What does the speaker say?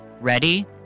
Ready